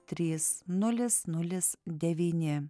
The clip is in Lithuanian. trys nulis nulis devyni